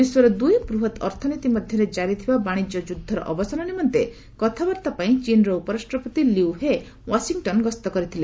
ବିଶ୍ୱର ଦୁଇ ବୃହତ୍ ଅର୍ଥନୀତି ମଧ୍ୟରେ ଜାରିଥିବା ବାଣିଜ୍ୟ ଯୁଦ୍ଧର ଅବସାନ ନିମନ୍ତେ କଥାବାର୍ତ୍ତା ପାଇଁ ଚୀନର ଉପରାଷ୍ଟ୍ରପତି ଲିୟ ହେ ୱାଶିଂଟନ୍ ଗସ୍ତ କରିଥିଲେ